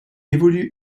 évolue